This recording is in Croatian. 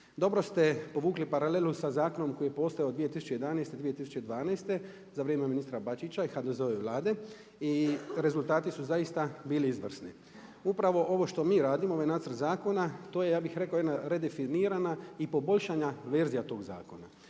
Dobro ste povukli paralelu sa zakonom koji je postojao 2011., 2012. za vrijeme ministra Bačića i HDZ-ove Vlade i rezultati su zaista bili izvrsni. Upravo ovo što mi radimo, ovaj nacrt zakona to je ja bih rekao jedna redefinirana i poboljšana verzija toga zakona.